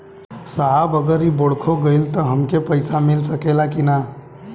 साहब अगर इ बोडखो गईलतऽ हमके पैसा मिल सकेला की ना?